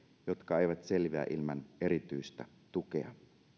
jotka eivät selviä ilman erityistä tukea